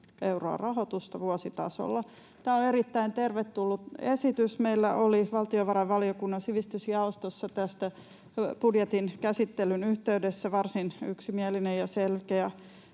euroa rahoitusta vuositasolla. Tämä on erittäin tervetullut esitys. Meillä oli valtiovarainvaliokunnan sivistysjaostossa tästä budjetin käsittelyn yhteydessä varsin yksimielinen ja selkeä